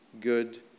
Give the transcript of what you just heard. good